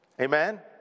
Amen